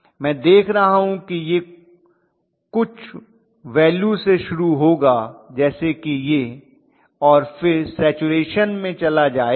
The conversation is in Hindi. मैं देख रहा हूं कि यह कुछ वैल्यू से शुरू होगा जैसे कि यह और फिर सैचरेशन में चला जाएगा